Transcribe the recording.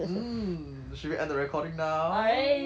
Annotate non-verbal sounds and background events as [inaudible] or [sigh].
mm should we end the recording now [laughs]